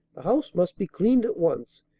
the house must be cleaned at once,